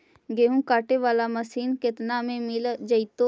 गेहूं काटे बाला मशीन केतना में मिल जइतै?